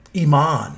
Iman